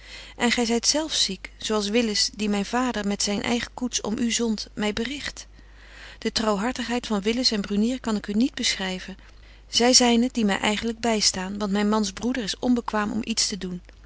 en gy zyt zelf ziek zo als willis die myn vader met zyn eigen koets om u zondt my bericht de trouwhartigheid van willis en brunier kan ik u niet beschryven zy zyn het die my eigenlyk bystaan want myn mans broeder is onbekwaam om iets te doen